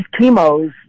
chemos